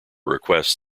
requests